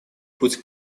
путь